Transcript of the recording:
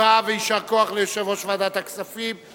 תודה ויישר כוח ליושב-ראש ועדת הכספים.